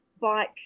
Bike